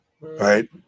Right